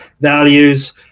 values